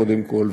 קודם כול,